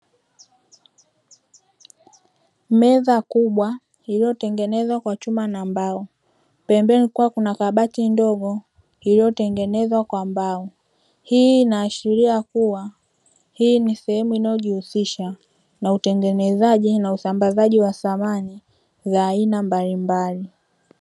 Meza kubwa inayotengenezwa kwa chuma na mbao. Pembeni kulikuwa kuna kabati ndogo iliyotengenezwa kwa mbao. Hii inaashiria kuwa hii ni sehemu inayojihusisha na utengenezaji na usambazaji wa samani za aina mbalimbali.